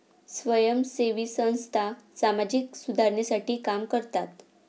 स्वयंसेवी संस्था सामाजिक सुधारणेसाठी काम करतात